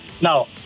Now